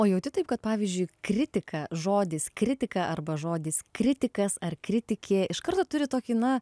o jauti taip kad pavyzdžiui kritika žodis kritika arba žodis kritikas ar kritikė iš karto turi tokį na